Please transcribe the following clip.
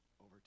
over